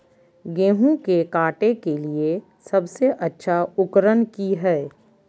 गेहूं के काटे के लिए सबसे अच्छा उकरन की है?